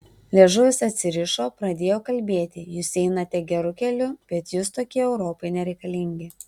liežuvis atsirišo pradėjo kalbėti jūs einate geru keliu bet jūs tokie europai nereikalingi